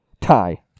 Tie